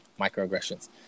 microaggressions